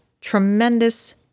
tremendous